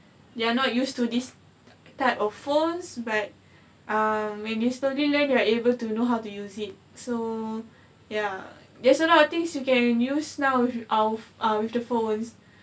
they are not used to this type of phones but um maybe slowly learn they are able to know how to use it so ya there's a lot of things you can use now with our with the phones